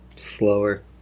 Slower